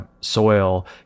soil